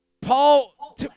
Paul